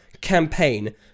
campaign